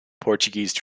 portuguese